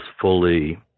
fully